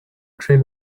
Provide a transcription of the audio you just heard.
train